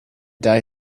die